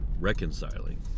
Reconciling